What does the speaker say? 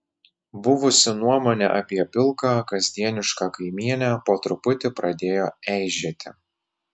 buvusi nuomonė apie pilką kasdienišką kaimynę po truputį pradėjo eižėti